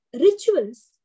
rituals